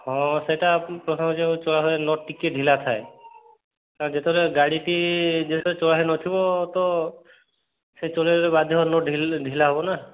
ହଁ ସେଇଟା ପ୍ରଥମେ ଯେଉଁ ଚଳା ହୁଏ ନଟ୍ ଟିକେ ଢିଲା ଥାଏ ଯେତେବେଳେ ଗାଡ଼ିଟି ଯେହେତୁ ଚଳା ହେଇନଥିବ ତ ସେ ଚଲାଇଲେ ନଟ୍ ଢିଲା ହବ ନା